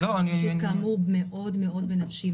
פשוט הנושא הוא מאוד מאוד בנפשי.